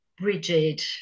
rigid